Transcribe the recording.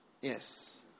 Yes